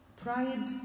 pride